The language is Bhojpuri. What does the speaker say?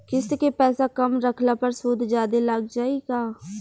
किश्त के पैसा कम रखला पर सूद जादे लाग जायी का?